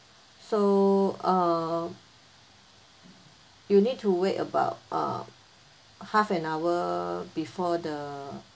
so uh you need to wait about uh half an hour before the